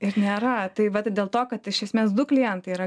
ir nėra tai vat dėl to kad iš esmės du klientai yra